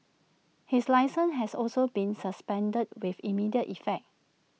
his licence has also been suspended with immediate effect